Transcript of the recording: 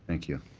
thank you.